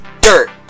dirt